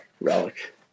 relic